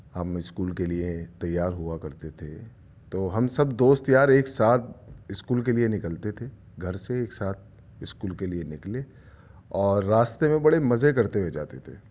ہم اسکول کے لیے تیار ہوا کرتے تھے تو ہم سب دوست یار ایک ساتھ اسکول کے لیے نکلتے تھے گھر سے ایک ساتھ اسکول کے لیے نکلے اور راستے میں بڑے مزے کرتے ہوئے جاتے تھے